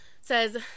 says